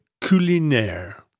Culinaire